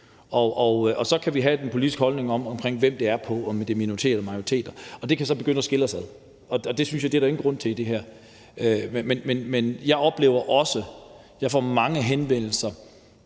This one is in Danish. og så kan vi have en politisk holdning om, hvem det går på, om det er minoriteter eller majoriteter, og det kan så begynde at skille os ad, og det synes jeg jo ikke at der er nogen grund til i det her. Men jeg oplever også at få mange henvendelser